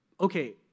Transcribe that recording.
Okay